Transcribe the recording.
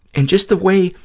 and just the way,